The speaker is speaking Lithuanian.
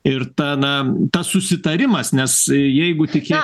ir ta na tas susitarimas nes jeigu tiki